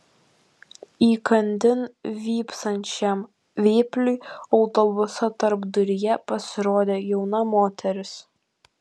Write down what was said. įkandin vypsančiam vėpliui autobuso tarpduryje pasirodė jauna moteris